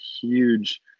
huge